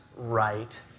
Right